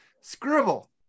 Scribble